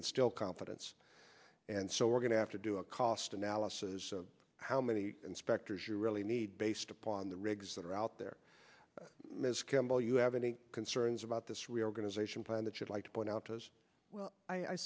reinstill confidence and so we're going to have to do a cost analysis of how many inspectors you really need based upon the rigs that are out there ms campbell you have any concerns about this reorganization plan that you'd like to point out as well i